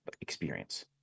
experience